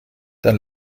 dann